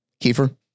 Kiefer